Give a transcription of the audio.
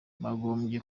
bagombye